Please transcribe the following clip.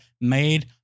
made